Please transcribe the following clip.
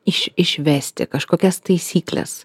iš išvesti kažkokias taisykles